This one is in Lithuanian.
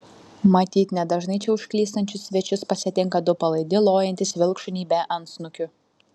matyt nedažnai čia užklystančius svečius pasitinka du palaidi lojantys vilkšuniai be antsnukių